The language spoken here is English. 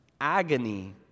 agony